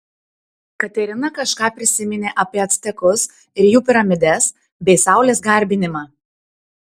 katerina kažką prisiminė apie actekus ir jų piramides bei saulės garbinimą